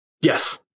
Yes